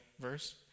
verse